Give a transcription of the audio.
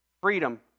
freedom